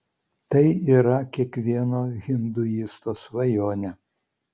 tai yra kiekvieno hinduisto svajonė